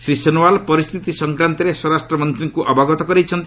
ଶ୍ରୀ ସୋନୋୱାଲ୍ ପରିସ୍ଥିତି ସଂକ୍ରାନ୍ତରେ ସ୍ୱରାଷ୍ଟ୍ର ମନ୍ତ୍ରୀଙ୍କୁ ଅବଗତ କରାଇଛନ୍ତି